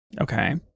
Okay